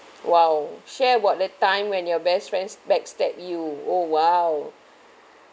!wow! share about the time when your best friend backstab you oh !wow!